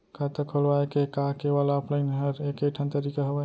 खाता खोलवाय के का केवल ऑफलाइन हर ऐकेठन तरीका हवय?